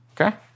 okay